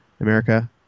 America